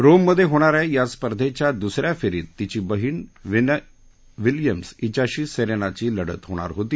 रोममधे होणाऱ्या या स्पर्धेच्या दुसऱ्या फेरीत तिची बहीण व्हेनस विल्यम्स हिच्याशी सेरेनाची लढत होणार होती